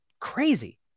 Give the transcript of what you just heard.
Crazy